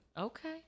Okay